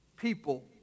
people